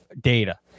data